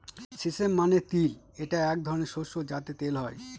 sesame মানে তিল এটা এক ধরনের শস্য যাতে তেল হয়